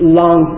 long